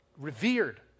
revered